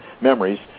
memories